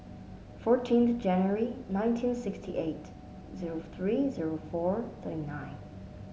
fourteenth January nineteen sixty eight zero three zero four thirty nine